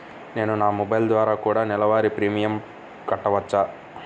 నేను నా మొబైల్ ద్వారా కూడ నెల వారి ప్రీమియంను కట్టావచ్చా?